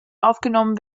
aufgenommen